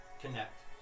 connect